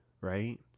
Right